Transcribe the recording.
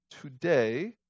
today